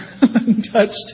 untouched